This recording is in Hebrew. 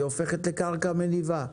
היא הופכת לקרקע מניבה.